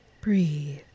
Breathe